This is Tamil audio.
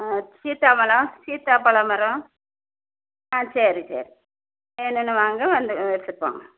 ஆ சீத்தா மரம் சீத்தாப்பழம் மரம் ஆ சரி சரி என்னென்று வாங்க வந்து எடுத்துகிட்டு போங்க